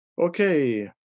Okay